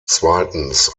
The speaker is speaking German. zweitens